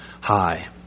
high